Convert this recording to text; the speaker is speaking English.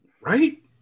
Right